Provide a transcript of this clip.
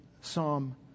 psalm